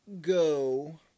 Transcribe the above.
go